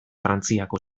frantziako